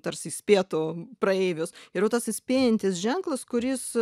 tarsi įspėtų praeivius ir jau tas įspėjantis ženklas kuris